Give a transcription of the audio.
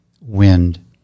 wind